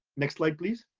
next slide please.